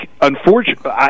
unfortunately